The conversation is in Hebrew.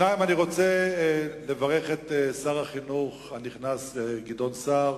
אני רוצה לברך את שר החינוך הנכנס, גדעון סער,